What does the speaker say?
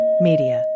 Media